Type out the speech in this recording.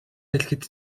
хэлэхэд